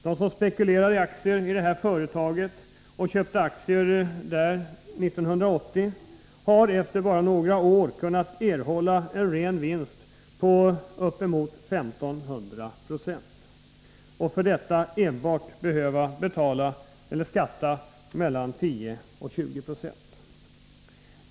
De som på spekulation köpte aktier i detta företag år 1980 har efter några år kunnat erhålla en ren vinst på ca 1 500 96, och för detta har de behövt skatta för enbart mellan 10 och 20 96.